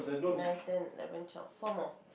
nine ten eleven twelve four more